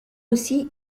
aussi